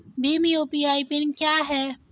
Bhim UPI PIN क्या है?